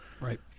Right